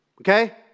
Okay